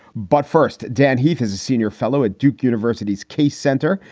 but first, dan heath is a senior fellow at duke university's case center,